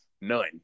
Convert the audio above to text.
none